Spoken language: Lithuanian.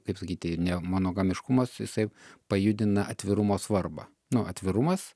kaip sakyti nemanogamiškumas jisai pajudina atvirumo svarbą nu atvirumas